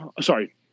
sorry